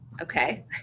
okay